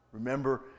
Remember